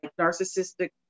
narcissistic